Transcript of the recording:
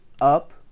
up